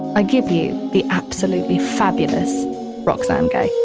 i give you the absolutely fabulous roxane gay.